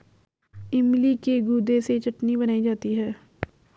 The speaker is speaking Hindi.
इमली के गुदे से चटनी बनाई जाती है